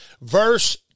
verse